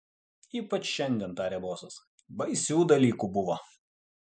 ypač šiandien tarė bozas baisių dalykų buvo